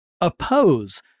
oppose